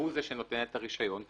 שהוא זה שנותן הרישיון,